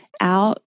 out